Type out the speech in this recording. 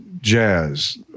jazz